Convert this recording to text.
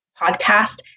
podcast